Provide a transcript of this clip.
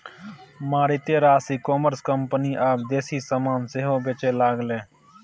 मारिते रास e-commerce company आब देसी समान सेहो बेचय लागलै